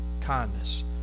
kindness